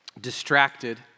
distracted